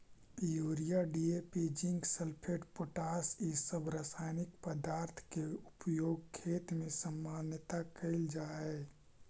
urea, DAP, zinc sulphate, potash इ सब रसायनिक पदार्थ के उपयोग खेत में सामान्यतः कईल जा हई